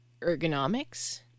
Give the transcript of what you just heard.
ergonomics